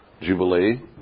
Jubilee